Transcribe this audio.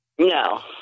No